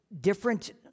different